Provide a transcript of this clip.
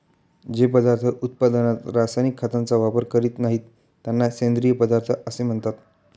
जे पदार्थ उत्पादनात रासायनिक खतांचा वापर करीत नाहीत, त्यांना सेंद्रिय पदार्थ असे म्हणतात